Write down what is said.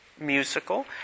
musical